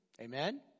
Amen